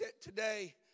today